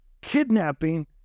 kidnapping